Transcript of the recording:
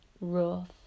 rough